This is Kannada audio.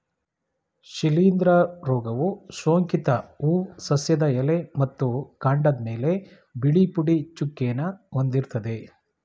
ಶಿಲೀಂಧ್ರ ರೋಗವು ಸೋಂಕಿತ ಹೂ ಸಸ್ಯದ ಎಲೆ ಮತ್ತು ಕಾಂಡದ್ಮೇಲೆ ಬಿಳಿ ಪುಡಿ ಚುಕ್ಕೆನ ಹೊಂದಿರ್ತದೆ